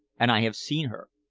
and i have seen her.